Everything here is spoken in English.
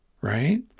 right